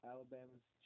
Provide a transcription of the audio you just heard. Alabama's